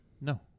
No